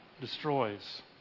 destroys